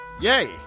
yay